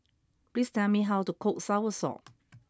please tell me how to cook Soursop